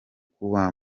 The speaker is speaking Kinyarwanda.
kuwa